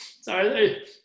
sorry